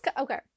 okay